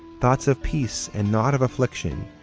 thoughts of peace, and not of affliction,